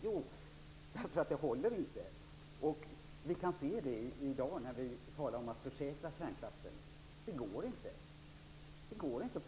Jo, därför att det hela inte håller. När vi i dag talar om att försäkra kärnkraften erfar vi att det inte går.